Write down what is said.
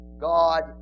God